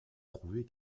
trouvé